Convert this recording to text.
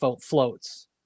floats